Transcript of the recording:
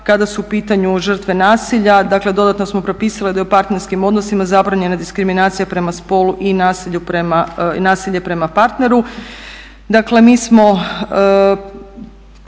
kada su u pitanju žrtve nasilja, dakle dodatno smo propisali da je u partnerskim odnosima zabranjena diskriminacija prema spolu i nasilje prema partneru.